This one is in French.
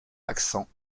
accent